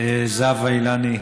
זהבה אילני,